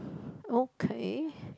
okay